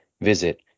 Visit